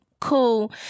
cool